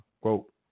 Quote